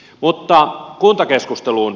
mutta kuntakeskusteluun